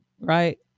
right